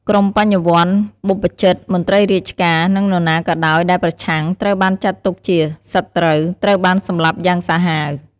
ក្រុមបញ្ញវន្ត បព្វជិត មន្ត្រីរាជការ និងនរណាក៏ដោយដែលប្រឆាំង ត្រូវបានចាត់ទុកជា «សត្រូវ» ត្រូវបានសម្លាប់យ៉ាងសាហាវ។